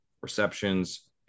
receptions